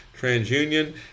TransUnion